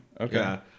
okay